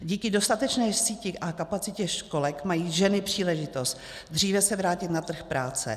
Díky dostatečné síti a kapacitě školek mají ženy příležitost dříve se vrátit na trh práce.